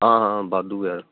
ਹਾਂ ਹਾਂ ਵਾਧੂ ਹੈ